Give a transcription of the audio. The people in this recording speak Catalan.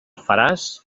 faràs